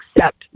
accept